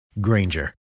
Granger